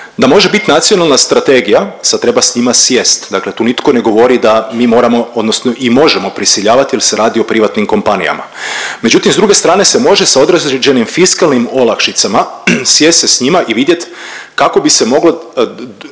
da može biti nacionalna strategija, sad treba s njima sjesti, dakle tu nitko ne govori da mi moramo odnosno i možemo prisiljavat jer se radi o privatnim kompanijama, međutim s druge strane se može sa određenim fiskalnim olakšicama sjest se s njima i vidjet kako bi se moglo